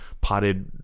potted